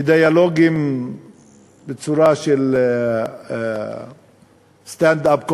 ודיאלוגים בצורה של סטנד-אפ קומדי,